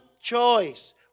choice